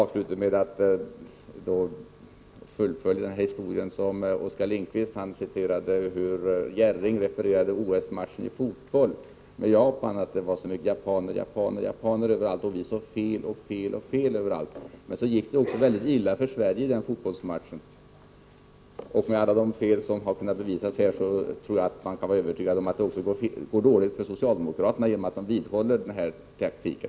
Avslutningsvis vill jag fullfölja vad Oskar Lindkvist påbörjade. Han citerade ju Sven Jerring när denne refererade en fotbollsmatch i OS mellan Sverige och Japan. Då sades det att det var japaner, japaner och åter japaner överallt. Nu säger Oskar Lindkvist att vi ser fel, fel och åter fel överallt. I nämnda fotbollsmatch gick det väldigt illa för Sverige. Med tanke på alla de felsom kunnat påvisas i detta sammanhang tror jag att vi kan vara övertygade om att det kommer att gå dåligt för socialdemokraterna, därför att de håller fast vid sin taktik.